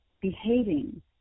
behaving